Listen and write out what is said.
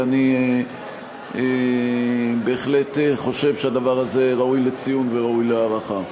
ואני בהחלט חושב שהדבר הזה ראוי לציון וראוי להערכה.